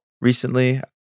recently